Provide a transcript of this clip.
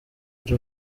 ari